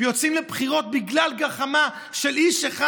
ויוצאים לבחירות בגלל גחמה של איש אחד.